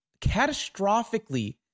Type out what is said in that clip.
catastrophically